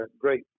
great